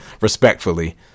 respectfully